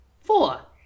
four